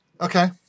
Okay